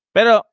Pero